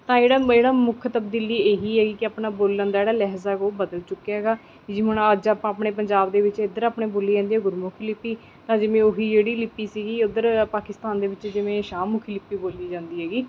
ਤਾਂ ਜਿਹੜਾ ਜਿਹੜਾ ਮੁੱਖ ਤਬਦੀਲੀ ਇਹੀ ਹੈ ਕਿ ਆਪਣਾ ਬੋਲਣ ਦਾ ਜਿਹੜਾ ਲਹਿਜ਼ਾ ਹੈ ਉਹ ਬਦਲ ਚੁੱਕਿਆ ਹੈਗਾ ਜੀ ਹੁਣ ਅੱਜ ਆਪਾਂ ਆਪਣੇ ਪੰਜਾਬ ਦੇ ਵਿੱਚ ਇਧਰ ਆਪਣੇ ਬੋਲੀ ਜਾਂਦੀ ਗੁਰਮੁਖੀ ਲਿਪੀ ਤਾਂ ਜਿਵੇਂ ਉਹੀ ਜਿਹੜੀ ਲਿਪੀ ਸੀਗੀ ਉੱਧਰ ਪਾਕਿਸਤਾਨ ਦੇ ਵਿੱਚ ਜਿਵੇਂ ਸ਼ਾਹਮੁਖੀ ਲਿਪੀ ਬੋਲੀ ਜਾਂਦੀ ਹੈਗੀ